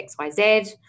XYZ